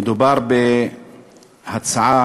מדובר בהצעה